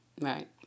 right